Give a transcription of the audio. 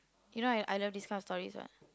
you know I I love these kind of stories what